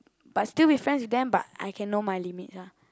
but still be friends with them but I can know my limits ah